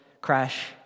crash